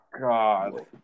god